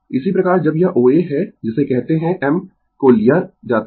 इसी प्रकार जब यह O A है जिसे कहते है m को लिया जाता है